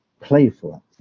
playful